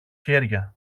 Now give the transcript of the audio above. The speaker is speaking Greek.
χέρια